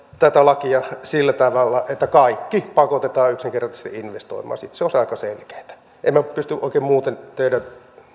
tätä lakia sillä tavalla että kaikki pakotetaan yksinkertaisesti investoimaan sitten se olisi aika selkeätä en minä pysty oikein muuten teidän